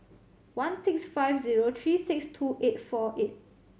one six five zero three six two eight four eight